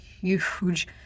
huge